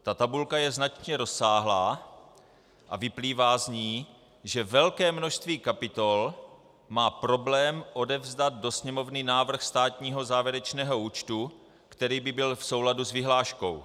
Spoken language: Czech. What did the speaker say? Ta tabulka je značně rozsáhlá a vyplývá z ní, že velké množství kapitol má problém odevzdat do Sněmovny návrh státního závěrečného účtu, který by byl v souladu s vyhláškou.